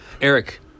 Eric